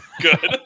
Good